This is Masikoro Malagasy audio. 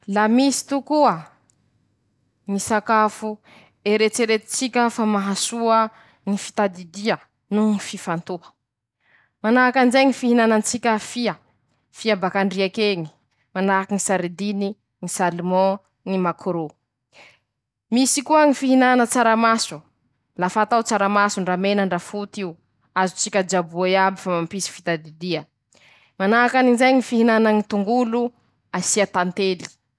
Manahaky ahy manoka zaho tsy hihina hena sentetika amboariny ñy mpanao siansy aminy ñy laboratoira añy zao, ñ'antony :Manday arety zao, ñy raha lafa tsy voajanahary maro ñy vokatsiny aminy ñy fahasalamany ñy olombelo ;nañino ahy ñy mihina hena voajanahary manahaky ñy henan'aomby io fa tsy ñy hena tsy haiko vita aminy ñy ino aminy ñy fitaova ino bakañy iñy ro ho haniko.